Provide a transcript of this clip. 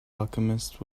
alchemist